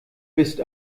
bist